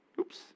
Oops